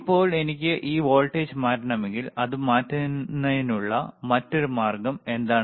ഇപ്പോൾ എനിക്ക് ഈ വോൾട്ടേജ് മാറ്റണമെങ്കിൽ അത് മാറ്റുന്നതിനുള്ള മറ്റൊരു മാർഗം എന്താണ്